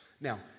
Now